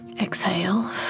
Exhale